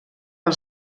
pel